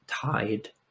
tied